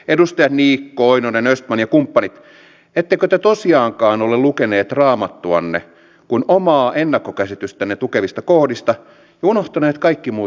edustajat niikko oinonen östman ja kumppanit oletteko te tosiaankin lukeneet raamattuanne vain omaa ennakkokäsitystänne tukevista kohdista ja unohtaneet kaikki muut jakeet